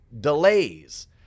Delays